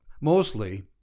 mostly